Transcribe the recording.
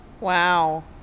Wow